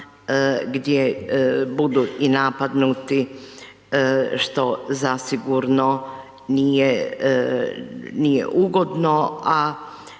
gdje budu i napadnuti što zasigurno nije ugodno a